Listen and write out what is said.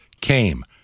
came